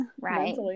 right